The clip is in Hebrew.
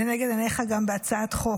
לנגד עיניך גם בהצעת חוק.